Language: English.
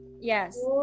Yes